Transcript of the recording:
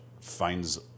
finds